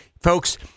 Folks